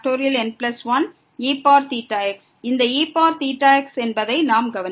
eθx இந்த eθx என்பதை நாம் கவனிக்கிறோம்